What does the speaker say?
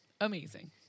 Amazing